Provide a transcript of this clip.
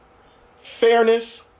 fairness